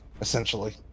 essentially